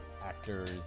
actors